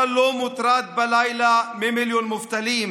אתה לא מוטרד בלילה ממיליון מובטלים